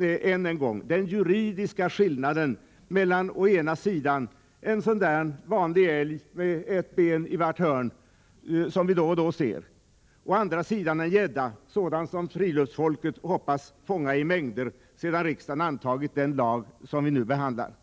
än en gång, den juridiska skillnaden mellan å ena sidan en sådan där vanlig älg med ett ben i vart hörn, som vi då och då ser, å andra sidan en gädda, sådan som friluftsfolket hoppas fånga i mängder, sedan riksdagen antagit den lag vi nu behandlar.